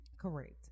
Correct